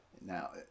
Now